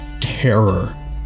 terror